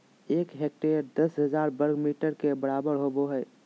एक हेक्टेयर दस हजार वर्ग मीटर के बराबर होबो हइ